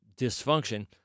dysfunction